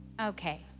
Okay